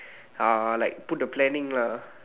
uh like put the planning lah